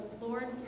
Lord